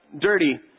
dirty